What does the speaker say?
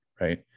right